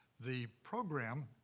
the program,